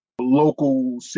local